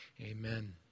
amen